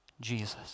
Jesus